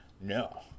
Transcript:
No